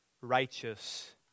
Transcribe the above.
righteous